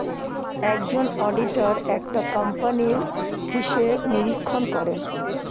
একজন অডিটর একটা কোম্পানির হিসাব নিরীক্ষণ করেন